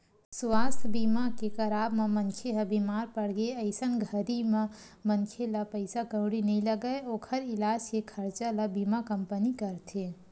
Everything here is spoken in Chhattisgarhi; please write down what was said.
सुवास्थ बीमा के कराब म मनखे ह बीमार पड़गे अइसन घरी म मनखे ला पइसा कउड़ी नइ लगय ओखर इलाज के खरचा ल बीमा कंपनी करथे